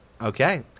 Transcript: okay